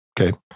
Okay